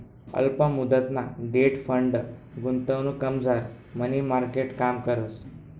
अल्प मुदतना debt fund गुंतवणुकमझार मनी मार्केट काम करस